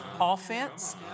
offense